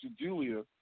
Julia